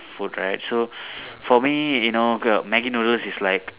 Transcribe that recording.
food right so for me you know okay Maggi noodles is like